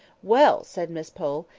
well! said miss pole,